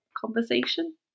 conversation